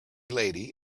lady